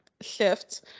shift